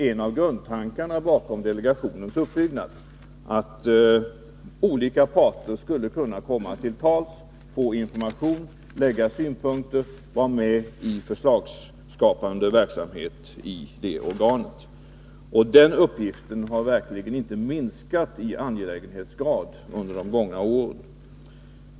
En av grundtankarna bakom delegationens uppbyggnad var att olika parter skulle kunna komma till tals, få information, framlägga synpunkter och vara med i förslagsskapande verksamhet i det organet. Den uppgiften har verkligen inte minskat i angelägenhetsgrad under de gångna åren.